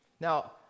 now